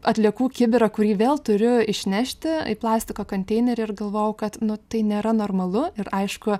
atliekų kibirą kurį vėl turiu išnešti į plastiko konteinerį ir galvojau kad tai nėra normalu ir aišku